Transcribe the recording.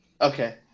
Okay